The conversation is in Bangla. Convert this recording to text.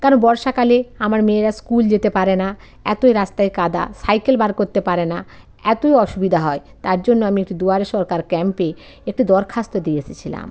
কেন বর্ষাকালে আমার মেয়েরা স্কুল যেতে পারে না এতো রাস্তায় কাদা সাইকেল বার করতে পারে না এতোই অসুবিধা হয় তার জন্য আমি একটু দুয়ারে সরকার ক্যাম্পে একটি দরখাস্ত দিয়ে এসেছিলাম